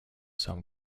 some